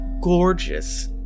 gorgeous